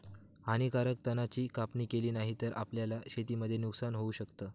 हानीकारक तणा ची कापणी केली नाही तर, आपल्याला शेतीमध्ये नुकसान होऊ शकत